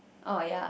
oh ya